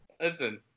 Listen